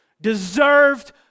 deserved